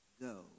go